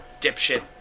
dipshit